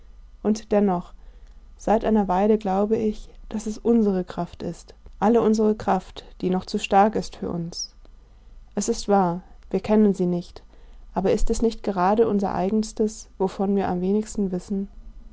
und dennoch seit einer weile glaube ich daß es unsere kraft ist alle unsere kraft die noch zu stark ist für uns es ist wahr wir kennen sie nicht aber ist es nicht gerade unser eigenstes wovon wir am wenigsten wissen